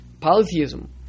polytheism